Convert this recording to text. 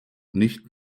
nicht